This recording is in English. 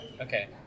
okay